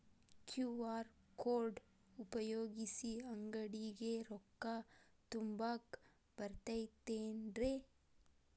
QR code ಉಪಯೋಗಿಸಿ, ಅಂಗಡಿಗೆ ರೊಕ್ಕಾ ತುಂಬಾಕ್ ಬರತೈತೇನ್ರೇ?